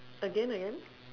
again again